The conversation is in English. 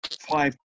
five